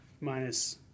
minus